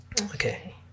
Okay